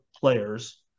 players